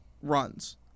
runs